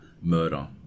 murder